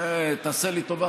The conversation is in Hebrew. תעשה לי טובה,